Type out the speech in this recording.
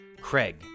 Craig